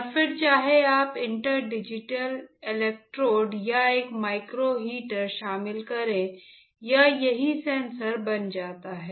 और फिर चाहे आप इंटर डिजिटल इलेक्ट्रोड या एक माइक्रो हीटर शामिल करें यह सही सेंसर बन जाता है